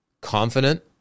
confident